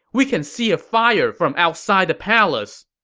we can see a fire from outside the palace!